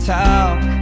talk